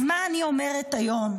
אז מה אני אומרת היום?